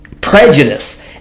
prejudice